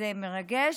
מרגש.